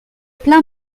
plein